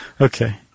Okay